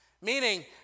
Meaning